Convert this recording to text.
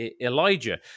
Elijah